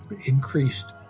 increased